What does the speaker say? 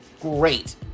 great